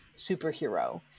superhero